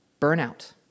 burnout